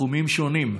בתחומים שונים: